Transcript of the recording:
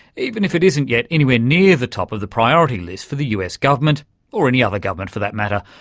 even if it isn't yet anywhere near the top of the priority list for the us government or any other government for that matter,